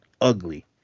ugly